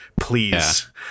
please